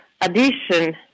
addition